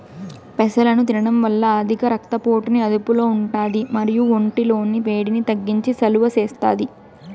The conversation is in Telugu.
పెసలను తినడం వల్ల అధిక రక్త పోటుని అదుపులో ఉంటాది మరియు ఒంటి లోని వేడిని తగ్గించి సలువ చేస్తాది